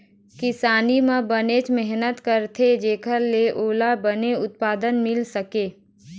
किसानी म बनेच मेहनत करथे जेखर ले ओला बने उत्पादन मिल सकय